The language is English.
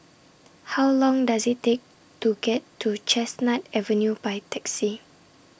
How Long Does IT Take to get to Chestnut Avenue By Taxi